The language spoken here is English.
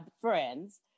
friends